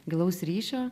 gilaus ryšio